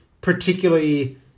particularly